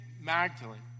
Magdalene